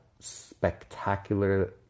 spectacular